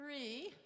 Three